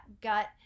gut